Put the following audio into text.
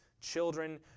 children